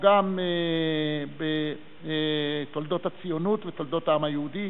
וגם בתולדות הציונות ותולדות העם היהודי,